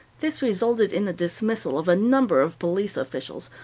this resulted in the dismissal of a number of police officials,